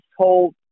told